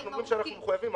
אנחנו אומרים שאנחנו מחויבים.